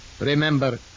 Remember